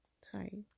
sorry